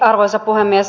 arvoisa puhemies